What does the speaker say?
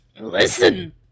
Listen